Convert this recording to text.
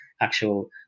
actual